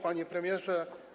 Panie Premierze!